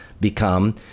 become